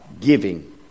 giving